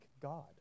God